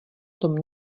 tom